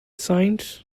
signs